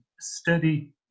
steady